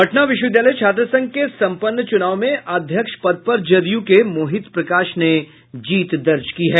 पटना विश्वविद्यालय छात्र संघ के सम्पन्न चुनाव में अध्यक्ष पद पर जदयू के मोहित प्रकाश ने जीत दर्ज की है